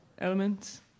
elements